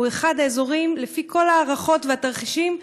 לפי כל ההערכות והתרחישים,